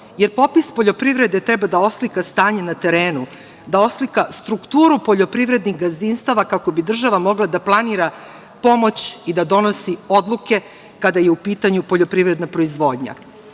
jer popis poljoprivrede treba oslika stanje na terenu, da oslika strukturu poljoprivrednih gazdinstava kako bi država mogla da planira pomoć i da donosi odluke kada je u pitanju poljoprivredna proizvodnja. Moram